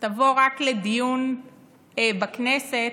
תבוא רק לדיון בכנסת,